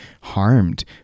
harmed